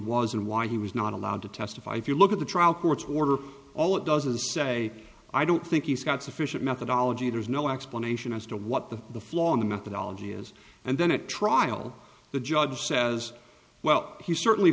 and why he was not allowed to testify if you look at the trial court's order all it does is say i don't think he's got sufficient methodology there's no explanation as to what the the flaw in the methodology is and then a trial the judge says well he certainly